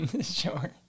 Sure